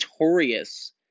notorious